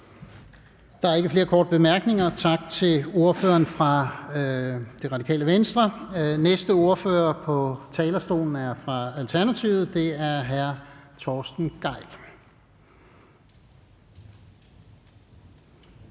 Der er ikke flere korte bemærkninger. Tak til ordføreren for Radikale Venstre. Næste ordfører på talerstolen er fra Alternativet, og det er hr. Torsten Gejl.